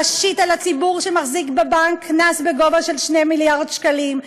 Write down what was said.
להשית על הציבור שמחזיק בבנק קנס בגובה 2 מיליארד שקלים,